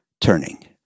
turning